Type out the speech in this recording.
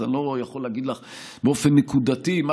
אז אני לא יכול להגיד לך באופן נקודתי מה